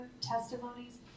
testimonies